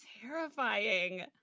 terrifying